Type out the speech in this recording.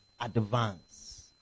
advance